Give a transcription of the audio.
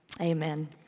amen